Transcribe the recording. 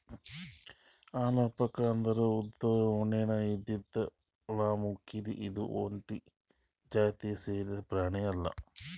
alpaca ಅಂದ್ರ ಉದ್ದ್ ಉಣ್ಣೆ ಇದ್ದಿದ್ ಲ್ಲಾಮ್ಕುರಿ ಇದು ಒಂಟಿ ಜಾತಿಗ್ ಸೇರಿದ್ ಪ್ರಾಣಿ ಅದಾ